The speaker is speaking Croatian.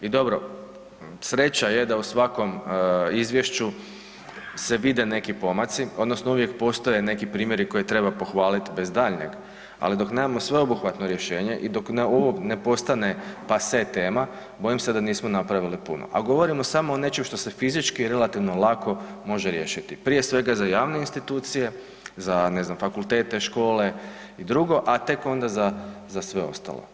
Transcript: I dobro, sreća je da u svakom izvješću se vide neki pomaci odnosno uvijek postoje neke primjeri koje treba pohvaliti bez daljnjega, ali dok nemamo sveobuhvatno rješenje i dok ovo ne postane pase tema, bojim se da nismo napravili puno, a govorimo samo o nečem što se fizički i relativno lako može riješiti, prije svega za javne institucije, za fakultete, škole i drugo, a tek onda za sve ostalo.